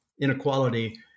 inequality